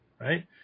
right